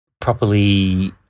properly